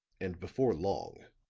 and before long.